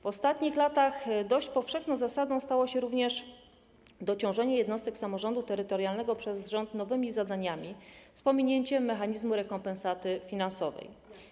W ostatnich latach dość powszechną zasadą stało się również dociążanie jednostek samorządu terytorialnego przez rząd nowymi zdaniami, z pominięciem mechanizmu rekompensaty finansowej.